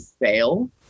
fail